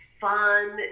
fun